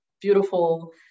beautiful